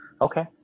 Okay